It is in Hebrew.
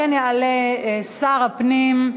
ועל כן יעלה שר הפנים.